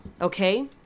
Okay